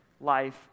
life